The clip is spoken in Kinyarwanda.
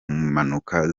mpanuka